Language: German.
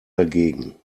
dagegen